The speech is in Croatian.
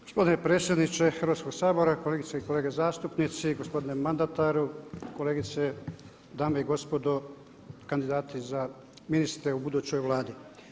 Gospodine predsjedniče Hrvatskog sabora, kolegice i kolege zastupnici, gospodine mandataru, kolegice, dame i gospodo kandidati za ministre u budućnoj Vladi.